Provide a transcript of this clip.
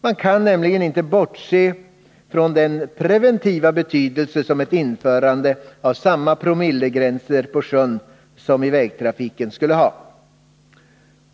Man kan nämligen inte bortse från den preventiva betydelse som ett införande av samma promillegränser till sjöss som dem som gäller för vägtrafiken skulle ha.